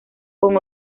con